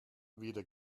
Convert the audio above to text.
weder